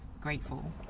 grateful